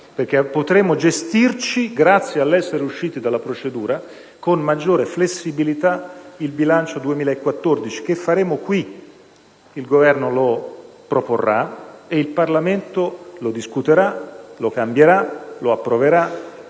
potremo gestirci grazie all'essere usciti dalla procedura con maggiore flessibilità. Con il bilancio 2014 che faremo in questa sede - il Governo lo proporrà e il Parlamento lo discuterà, lo cambierà e lo approverà